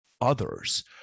others